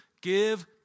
give